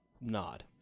nod